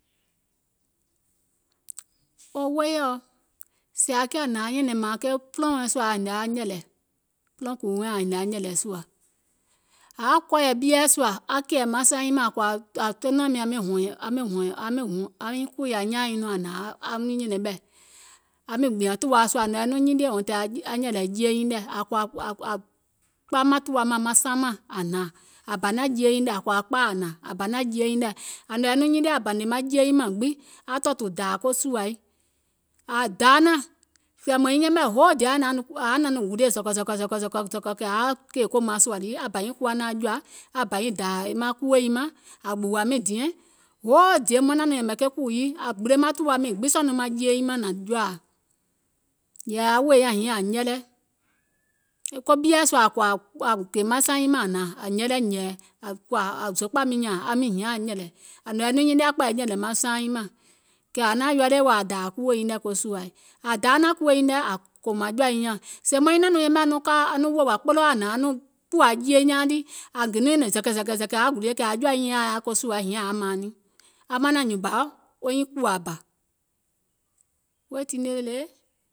Wo woìɔ sèè aŋ kiȧ hnȧŋ aŋ nyɛ̀nɛ̀ŋ mȧȧŋ ke pùlɔɔ̀ɔŋ sùȧ ȧŋ yaȧ hinie aŋ nyɛ̀lɛ̀, pùlɔɔ̀ŋ kùù wiiŋ ȧŋ yaȧ hinie aŋ nyɛ̀lɛ̀ sùȧ, ȧ yaȧ kɔ̀ɔ̀yɛ̀ ɓieɛ̀ sùȧ aŋ kɛ̀ɛ̀ maŋ saŋ nyiŋ mȧŋ ȧŋ nɔ̀ŋ yɛi nɔŋ nyine aŋ bȧnè maŋ jie nyiŋ mȧŋ gbiŋ aŋ tɔ̀ɔ̀tù dȧȧ ko sùȧi, ȧŋ daa naȧŋ kɛ̀ mȧŋ nyiŋ yɛmɛ̀ hoo day ȧŋ yaȧ naȧŋ nɔŋ gulie kɛ̀ ȧ yaȧ kèè kòmaŋ sùȧ lii aŋ bȧ nyiŋ kuwa naȧŋ jɔ̀ȧ aŋ bȧ nyiŋ dȧȧ maŋ kuwò nyiŋ mȧŋ ȧŋ gbùwà mìŋ diɛŋ, hoo day maŋ naȧŋ nɔŋ yɛ̀mɛ̀ ke kùù yii ȧŋ gbile maŋ tùwa miiŋ gbiŋ sɔɔ̀ nɔŋ maŋ jie nyiŋ mȧŋ nȧŋ joȧa, yɛ̀ì aŋ wòì nyaŋ hiŋ ȧŋ nyɛlɛ, ko ɓieɛ̀ sùȧ ȧŋ kɔ̀ȧ ȧ gè maŋ saŋ nyiŋ mȧŋ ȧŋ hnȧŋ ȧŋ nyɛlɛ, ȧŋ kɔ̀ȧ zokpȧ mìŋ nyȧȧŋ aŋ hiȧŋ aŋ nyɛ̀lɛ̀, ȧŋ nɔ̀ŋ yɛi nɔŋ nyinie aŋ kpɛ̀ɛ̀yɛ̀ nyɛ̀lɛ̀ maŋ saaŋ nyiŋ mȧŋ, kɛ̀ ȧŋ naȧŋ ready wèè aŋ dȧȧ kuò nyiŋ nɛ̀ ko sùȧi, ȧŋ daa naȧŋ kuò nyiŋ nɛ̀ ȧŋ kòmȧŋ jɔ̀ȧ nyiŋ nƴȧŋ sèè maŋ nyiŋ naȧŋ nɔŋ yɛmɛ̀ aŋ ka aŋ wòwȧ kpoloo aŋ hnȧŋ aŋ kùwȧ jie nyiŋ nɛ̀,